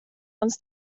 uns